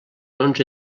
onze